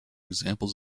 examples